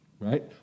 right